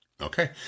Okay